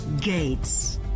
Gates